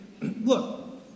Look